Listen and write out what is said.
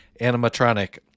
animatronic